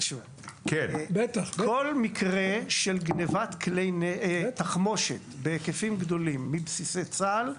כל מקרה של גנבת תחמושת בהיקפים גדולים מבסיסי צה"ל,